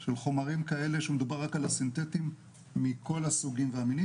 של חומרים כאלה שמדובר רק על הסינטטיים מכל הסוגים והמינים